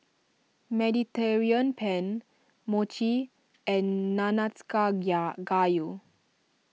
Mediterranean Penne Mochi and Gayu